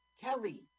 Kelly